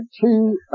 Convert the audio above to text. two